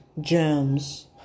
germs